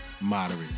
moderate